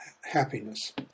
happiness